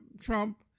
Trump